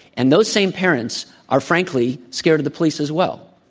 and those same parents are, frankly, scared of the police as well.